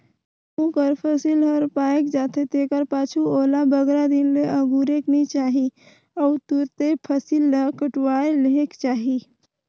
गहूँ कर फसिल हर पाएक जाथे तेकर पाछू ओला बगरा दिन ले अगुरेक नी चाही अउ तुरते फसिल ल कटुवाए लेहेक चाही